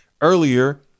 earlier